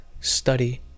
study